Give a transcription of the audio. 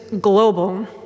global